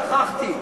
שכחתי.